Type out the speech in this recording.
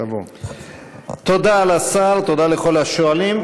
תודה לשר, תודה לכל השואלים.